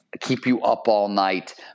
keep-you-up-all-night